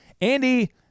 Andy